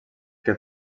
que